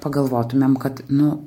pagalvotumėm kad nu